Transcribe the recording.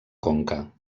conca